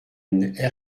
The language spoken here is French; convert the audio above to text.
une